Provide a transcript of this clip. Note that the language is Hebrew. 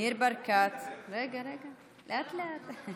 ניר ברקת, רגע, רגע, לאט-לאט.